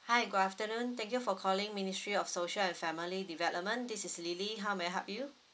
hi good afternoon thank you for calling ministry of social and family development this is lily how may I help you